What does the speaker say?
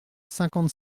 cinquante